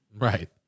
Right